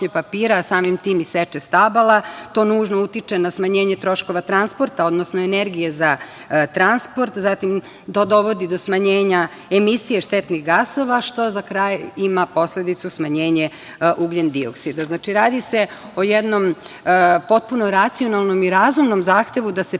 papira, a samim tim i seče stabala. To nužno utiče na smanjenje troškova transporta, odnosno energije za transport. Zatim, to dovodi do smanjenja emisije štetnih gasova, što za kraj ima posledicu smanjenja ugljen-dioksida. Znači, radi se o jednom potpuno racionalnom i razumnom zahtevu da se